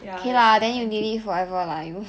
ya that's why